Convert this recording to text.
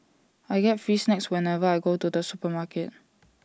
I get free snacks whenever I go to the supermarket